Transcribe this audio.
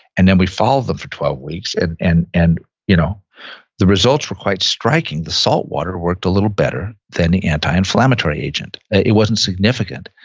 and then we followed them for twelve weeks, and and and you know the results were quite striking. the salt water worked a little better than the anti-inflammatory agent. it wasn't significant,